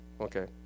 okay